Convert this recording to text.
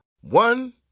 One